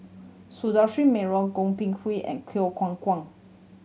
Sundaresh Menon Goh Ping Hui and Kwang Kwang